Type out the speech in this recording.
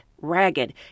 ragged